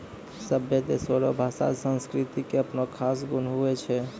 सभै देशो रो भाषा संस्कृति के अपनो खास गुण हुवै छै